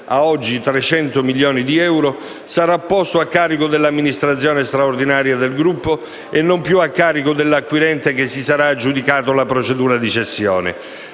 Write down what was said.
oggi 300 milioni di euro), sarà posto a carico dell'amministrazione straordinaria del gruppo e non più a carico dell'acquirente che si sarà aggiudicato la procedura di cessione.